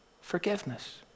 Forgiveness